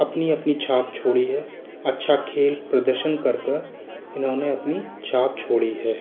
अपनी अपनी छाप छोड़ी है अच्छा खेल प्रदर्शन कर कर इन्होंने अपनी छाप छोड़ी है